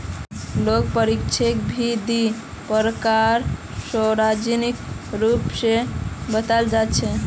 लेखा परीक्षकेरो भी दी प्रकार सार्वजनिक रूप स बताल जा छेक